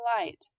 light